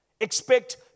expect